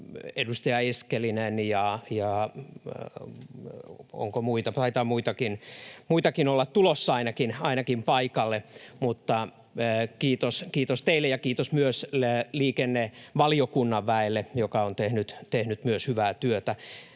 edustaja Eskelinen, ja onko muitakin? Taitaa muitakin olla ainakin tulossa paikalle. Kiitos teille ja kiitos myös liikennevaliokunnan väelle, joka on tehnyt myös hyvää työtä.